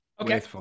Okay